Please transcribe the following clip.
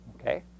Okay